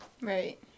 Right